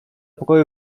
pokoju